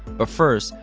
but first,